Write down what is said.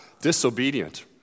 disobedient